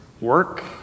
work